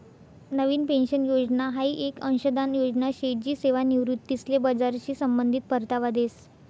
नवीन pension योजना हाई येक अंशदान योजना शे जी सेवानिवृत्तीसले बजारशी संबंधित परतावा देस